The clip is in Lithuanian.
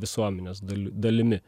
visuomenės dali dalimi